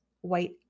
white